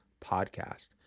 podcast